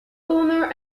owner